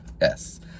Yes